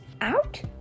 Out